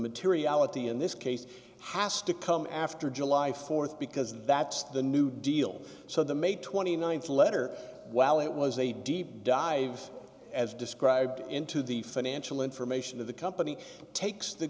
materiality in this case has to come after july th because that's the new deal so the may th letter while it was a deep dive as described into the financial information of the company takes the